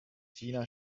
tina